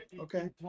Okay